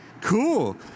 Cool